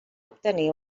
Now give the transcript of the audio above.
obtenir